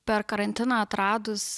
per karantiną atradus